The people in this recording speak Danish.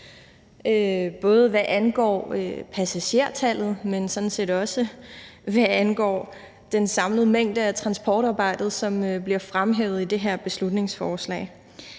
både hvad angår passagertallet, men sådan set også hvad angår den samlede mængde af transportarbejde, som bliver fremhævet i det her beslutningsforslag.